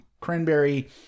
cranberry